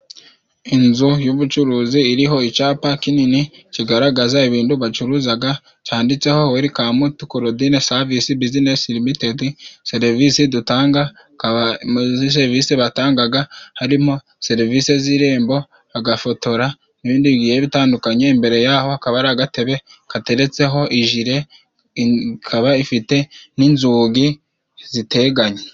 Inzu y'ubucuruzi iriho icapa kinini kigaragaza ibindu bacuruzaga cyanditseho werikamu tu korodine savisi buzinesi limitedi serivisi dutanga ikaba muri serivisi batangaga harimo serivisi z'irembo , agafotora n'ibindi bigiye bitandukanye, imbere yaho hakaba hari agatebe kateretseho ijire ikaba ifite n'inzugi ziteganye.